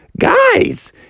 Guys